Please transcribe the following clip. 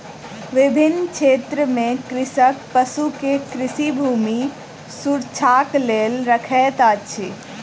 विभिन्न क्षेत्र में कृषक पशु के कृषि भूमि सुरक्षाक लेल रखैत अछि